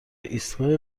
ایستگاه